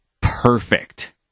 perfect